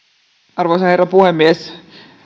arvoisa herra puhemies